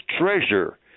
treasure